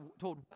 told